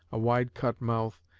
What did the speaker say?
a wide-cut mouth,